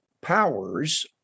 powers